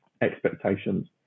expectations